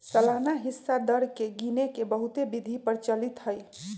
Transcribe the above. सालाना हिस्सा दर के गिने के बहुते विधि प्रचलित हइ